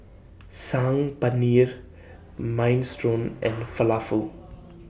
Saag Paneer Minestrone and Falafel